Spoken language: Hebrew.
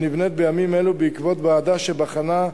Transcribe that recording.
שנבנית בימים אלה בעקבות ועדה שבחנה,